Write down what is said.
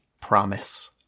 promise